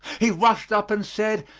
he rushed up and said,